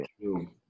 true